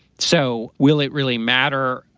so will it really matter?